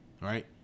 right